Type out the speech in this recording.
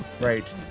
Right